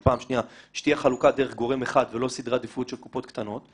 ופעם שנייה שתהיה חלוקה דרך גורם אחד ולא סדרי עדיפות של קופות קטנות,